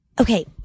okay